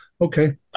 Okay